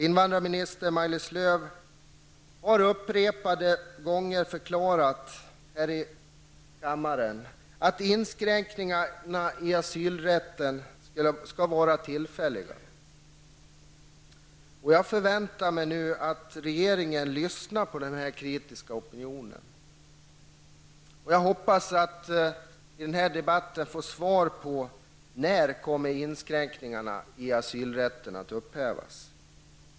Invandrarminister Maj-Lis Lööw har här i kammaren upprepade gånger förklarat att inskränkningarna i asylrätten skall vara tillfälliga. Jag förväntar mig att regeringen nu lyssnar på den kritiska opinionen. Jag hoppas att jag i denna debatt får ett svar på när inskränkningarna i asylrätten kommer att upphävas.